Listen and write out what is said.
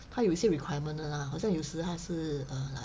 他有一些 requirement 的啦好像有时他是 err like